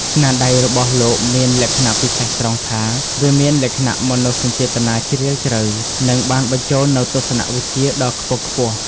ស្នាដៃរបស់លោកមានលក្ខណៈពិសេសត្រង់ថា វាមានលក្ខណៈមនោសញ្ចេតនាជ្រាលជ្រៅ និងបានបញ្ចូលនូវទស្សនៈវិជ្ជាដ៏ខ្ពង់ខ្ពស់។